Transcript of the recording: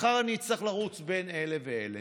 מחר אני צריך לרוץ בין אלה ואלה,